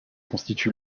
constitue